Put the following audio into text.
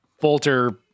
bolter